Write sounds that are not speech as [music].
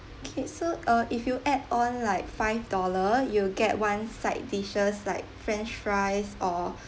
okay so uh if you add on like five dollar you'll get one side dishes like french fries or [breath]